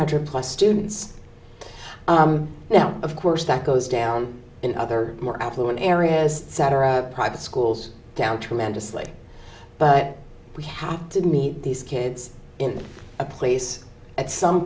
hundred plus students now of course that goes down in other more affluent areas cetera private schools down tremendously but we have to meet these kids in a place at some